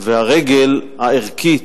והרגל הערכית,